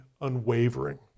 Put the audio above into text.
unwavering